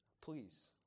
Please